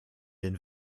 den